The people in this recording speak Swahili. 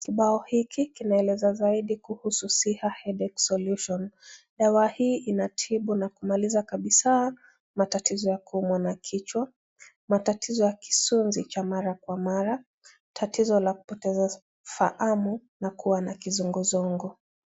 Kibao hiki kinaeleza zaidi kuhusu SIHA HEADACHE SOLUTION . Dawa hii inatibu na kumaliza kabisa matatizo ya kuumwa na kichwa, matatizo ya kisunzi cha mara kwa mara, tatizo la kupoteza fahamu na kuwa na kizunguzungu.